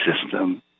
system